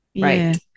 Right